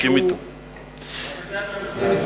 גם בזה אתה מסכים אתי,